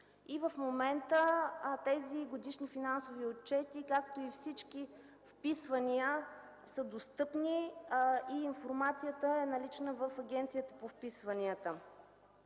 И в момента тези годишни финансови отчети, както и всички вписвания, са достъпни и информацията е налична в Агенцията по вписванията.